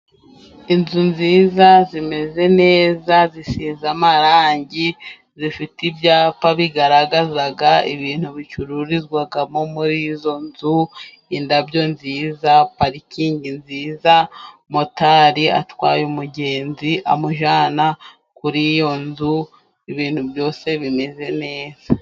Inzu nziza zimeze neza zisize amarangi, zifite ibyapa bigaragaza ibintu bicururizwa muri izo nzu, indabyo nziza parikingi nziza, motari atwaye umugenzi amujyana kuri iyo nzu ibintu byose bimeze neza.